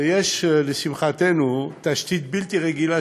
ויש לשמחתנו תשתית בלתי רגילה,